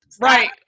Right